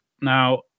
Now